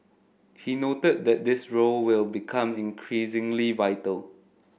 he noted that this role will become increasingly vital